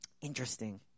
interesting